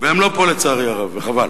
והם לא פה, לצערי הרב, וחבל,